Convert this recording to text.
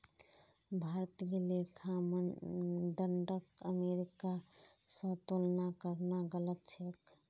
भारतीय लेखा मानदंडक अमेरिका स तुलना करना गलत छेक